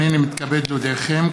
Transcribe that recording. הינני מתכבד להודיעכם,